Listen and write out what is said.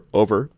over